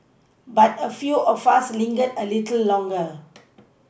but a few of us lingered a little longer